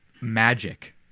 magic